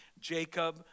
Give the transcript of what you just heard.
Jacob